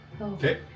Okay